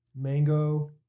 Mango